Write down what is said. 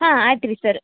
ಹಾಂ ಆಯ್ತು ರೀ ಸರ್